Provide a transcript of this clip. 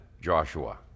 Joshua